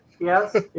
yes